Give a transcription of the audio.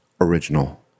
original